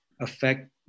affect